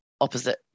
opposite